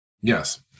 Yes